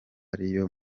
ariyo